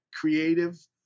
creative